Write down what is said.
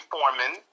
Foreman